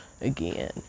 again